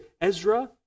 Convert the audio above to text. Ezra